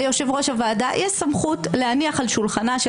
ליושב-ראש הוועדה יש סמכות להניח על שולחנה של